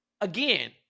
Again